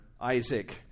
Isaac